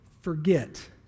forget